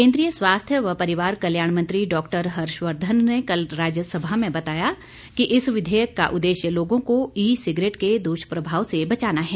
केंद्रीय स्वास्थ्य व परिवार कल्याण मंत्री डॉक्टर हर्षवर्धन ने कल राज्यसभा में बताया कि इस विधेयक का उद्देश्य लोगों को ई सिगरेट के दुष्प्रभाव से बचाना है